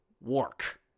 work